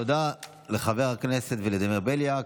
תודה לחבר הכנסת ולדימיר בליאק.